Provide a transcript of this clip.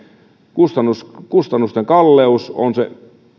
kustannusten kustannusten kalleus on se